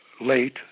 late